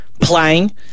playing